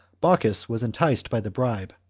bocchus was enticed by the bribe,